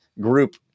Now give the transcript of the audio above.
group